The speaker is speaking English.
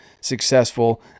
successful